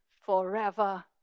forever